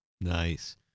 Nice